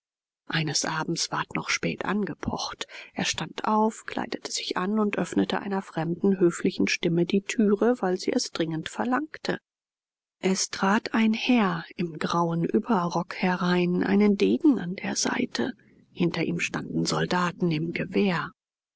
eines abends ward noch spät angepocht er stand auf kleidete sich an und öffnete einer fremden höflichen stimme die türe weil sie es dringend verlangte es trat ein herr im grauen überrock herein einen degen an der seite hinter ihm standen soldaten im gewehr